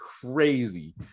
crazy